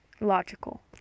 logical